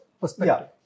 perspective